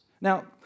Now